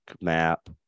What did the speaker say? map